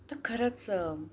तर खरंच